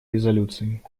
резолюции